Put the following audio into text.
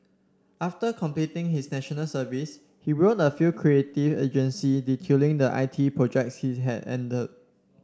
after completing his National Service he wrote a few creative agencies detailing the I T projects he had handled